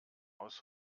aus